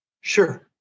Sure